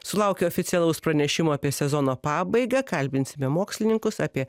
sulaukiau oficialaus pranešimo apie sezono pabaigą kalbinsime mokslininkus apie